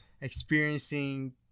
experiencing